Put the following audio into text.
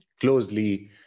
closely